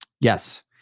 Yes